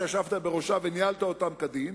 שישבת בראשה וניהלת אותה כדין.